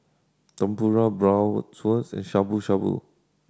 Tempura and Shabu Shabu